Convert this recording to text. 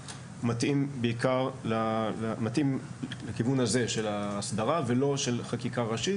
מתאים לכיוון הזה של ההסדרה ולא של חקיקה ראשית,